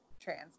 trans